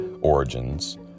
origins